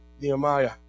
Nehemiah